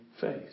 faith